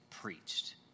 Preached